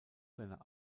seiner